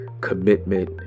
commitment